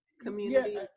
community